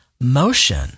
motion